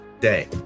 day